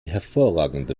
hervorragende